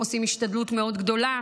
עושים השתדלות מאוד גדולה.